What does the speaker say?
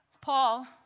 Paul